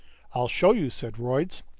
i'll show you, said royds.